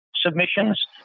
submissions